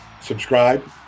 subscribe